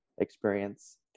experience